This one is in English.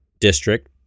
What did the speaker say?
District